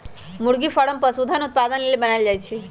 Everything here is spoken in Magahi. मुरगि फारम पशुधन उत्पादन लेल बनाएल जाय छै